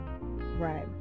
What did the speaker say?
right